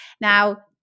Now